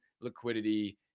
liquidity